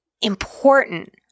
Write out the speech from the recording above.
important